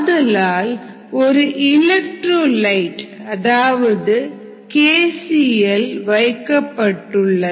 ஆதலால் ஒரு எலக்ட்ரோலைட் அதாவது KCl இல் வைக்கப்பட்டுள்ளது